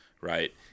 Right